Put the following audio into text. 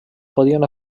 podien